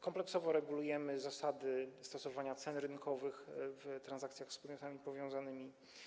Kompleksowo regulujemy zasady stosowania cen rynkowych w transakcjach z podmiotami powiązanymi.